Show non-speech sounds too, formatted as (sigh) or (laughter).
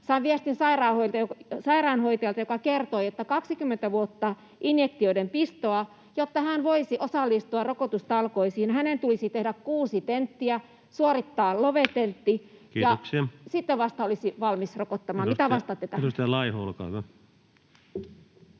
Sain viestin sairaanhoitajalta, joka kertoi, että on 20 vuotta injektioiden pistoa. Jotta hän voisi osallistua rokotustalkoisiin, hänen tulisi tehdä kuusi tenttiä, suorittaa LOVe-tentti, (noise) ja sitten vasta hän olisi valmis rokottamaan. Mitä vastaatte tähän? [Speech